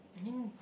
I mean